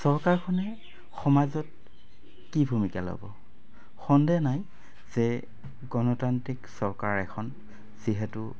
চৰকাৰখনে সমাজত কি ভূমিকা ল'ব সন্দেহ নাই যে গণতান্ত্ৰিক চৰকাৰ এখন যিহেতু